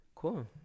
cool